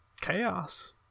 chaos